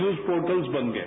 news portals बन गए